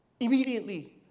Immediately